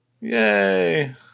Yay